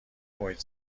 محیط